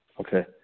Okay